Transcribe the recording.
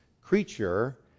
creature